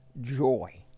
joy